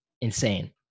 Insane